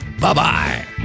Bye-bye